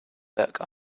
book